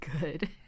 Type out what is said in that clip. good